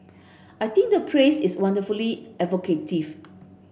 I think the phrase is wonderfully evocative